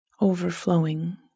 overflowing